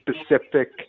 specific